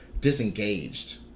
disengaged